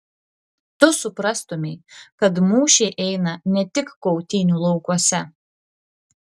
tu suprastumei kad mūšiai eina ne tik kautynių laukuose